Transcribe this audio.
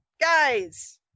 guys